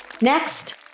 Next